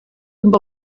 amb